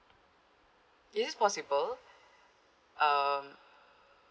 is this possible um